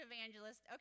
evangelist